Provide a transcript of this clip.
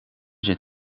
zit